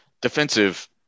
defensive